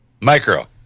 Micro